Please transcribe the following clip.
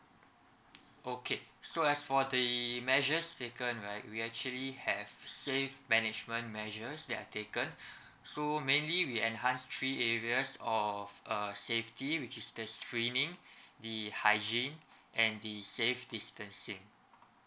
okay so as the measures taken right we actually have safe management mentions that are taken so mainly we enhance three areas or f~ err safety which is the streaming the hygiene and the safe distancing